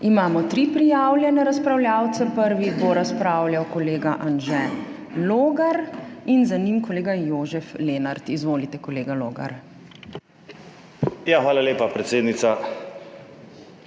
Imamo tri prijavljene razpravljavce. Prvi bo razpravljal kolega Anže Logar in za njim kolega Jožef Lenart. Izvolite, kolega Logar. **DR. ANŽE LOGAR